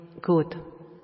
good